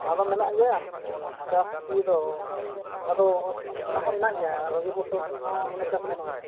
ᱚᱱᱟ ᱫᱚ ᱢᱮᱱᱟᱜ ᱜᱮᱭᱟ ᱪᱟᱥ ᱫᱤᱭᱮ ᱫᱚ ᱟᱫᱚ ᱚᱱᱟ ᱦᱚᱸ ᱢᱮᱱᱟᱜ ᱜᱮᱭᱟ ᱨᱚᱵᱤ ᱯᱷᱚᱥᱚᱞ ᱦᱚᱸ ᱢᱟᱱᱮ ᱪᱟᱥ ᱜᱟᱱᱚᱜ ᱜᱮᱭᱟ